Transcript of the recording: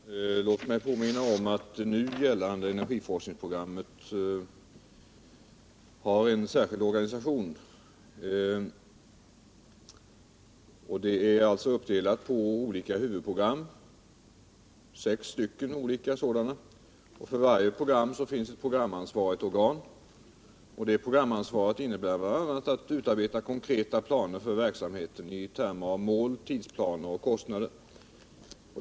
Herr talman! Låt mig påminna om att det nu gällande energiforskningsprogrammet har en särskild organisation. Det är uppdelat på sex olika huvudprogram. För varje program finns ett programansvarigt organ, och programansvaret innefattar bl.a. att utarbeta konkreta planer för verksamheten i termer av tidplaner och kostnader.